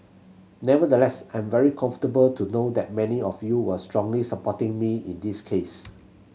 nevertheless I'm very comfortable to know that many of you were strongly supporting me in this case